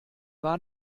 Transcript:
war